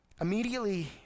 immediately